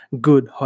good